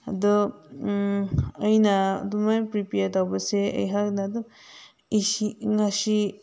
ꯑꯗꯣ ꯑꯩꯅ ꯑꯗꯨꯃꯥꯏꯅ ꯄ꯭ꯔꯤꯄꯤꯌꯔ ꯇꯧꯕꯁꯦ ꯑꯩꯍꯥꯛꯅ ꯑꯗꯨꯝ ꯉꯁꯤ